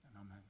amen